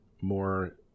more